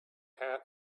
hat